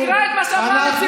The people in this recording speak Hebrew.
תקרא את מה שאמרה הנציבות,